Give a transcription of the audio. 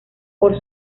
por